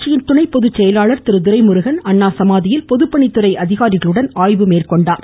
கட்சியின் துணைப்பொதுச்செயலாளர் திரு துரைமுருகன் அண்ணா சமாதியில் பொதுப்பணித்துறை அதிகாரிகளுடன் ஆய்வு மேற்கொண்டார்